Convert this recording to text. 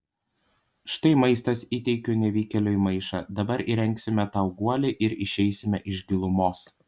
štai maistas įteikiu nevykėliui maišą dabar įrengsime tau guolį ir išeisime iš gilumos